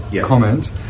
comment